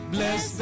Bless